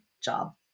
job